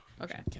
Okay